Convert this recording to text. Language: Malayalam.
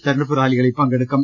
തിരഞ്ഞെടുപ്പ് റാലികളിൽ പങ്കെടുക്കും